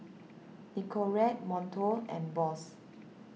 Nicorette Monto and Bose